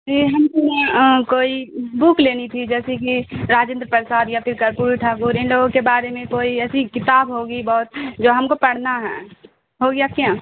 جی ہم کو یہ کوئی بک لینی تھی جیسے کہ راجندر پرساد یا پھر کرپوری ٹھاکر ان لوگوں کے بارے میں کوئی ایسی کتاب ہوگی بہت جو ہم کو پڑھنا ہے ہوگی آپ کے یہاں